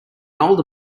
older